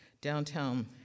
Downtown